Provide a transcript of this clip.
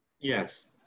Yes